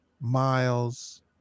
Miles